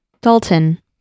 Dalton